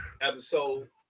episode